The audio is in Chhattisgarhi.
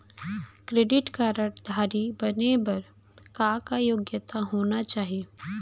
क्रेडिट कारड धारी बने बर का का योग्यता होना चाही?